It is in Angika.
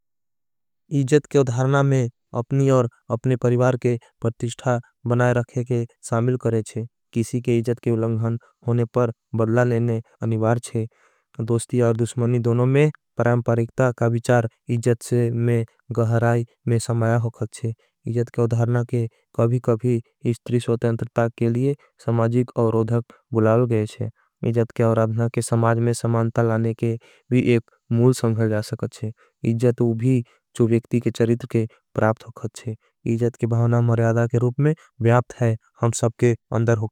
इजत के उधारना में अपनी और अपने परिवार के। पर्तिष्ठा बनाए रखे के सामिल करेचे किसी के इजत के। उलंगहन होने पर बदला नेने अनिवार छे दोस्ती और। दुस्मनी दोनों में पर्यांपारिक्ता का विचार इजत से में। गहराई में समया होगा छे इजत के उधारना के कभीकभी। इस्तिरी सोत्यंतरता के लिए समाजीक और ओधक बुलावल गये छे। इजत के उधारना के समाज में समानता लाने के भी एक मू करेंगा।